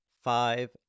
Five